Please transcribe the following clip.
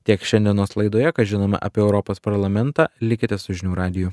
tiek šiandienos laidoje ką žinome apie europos parlamentą likite su žinių radiju